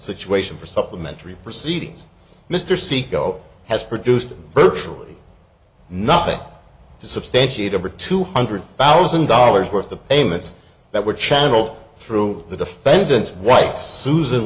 situation for supplementary proceedings mr saeco has produced virtually nothing to substantiate over two hundred thousand dollars worth of payments that were channeled through the defendant's wife susan